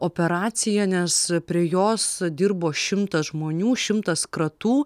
operacija nes prie jos dirbo šimtas žmonių šimtas kratų